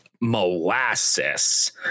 molasses